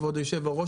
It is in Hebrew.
כבוד היושב-ראש,